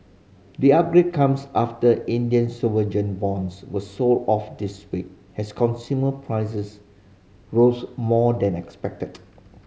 the upgrade comes after Indian bonds were sold off this week as consumer prices rose more than expected